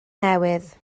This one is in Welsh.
newydd